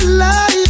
life